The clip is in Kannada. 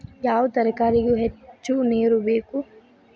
ಯಾವ ತರಕಾರಿಗೆ ಹೆಚ್ಚು ನೇರು ಬೇಕು?